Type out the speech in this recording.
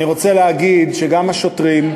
אני רוצה להגיד שגם השוטרים,